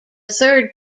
third